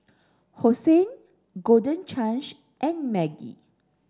Hosen Golden Chance and Maggi